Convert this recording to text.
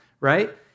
right